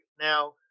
Now